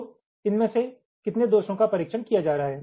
तो इनमें से कितने दोषों का परीक्षण किया जा रहा है